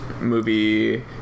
movie